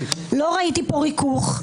לא ראיתי פה ריכוך,